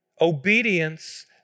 Obedience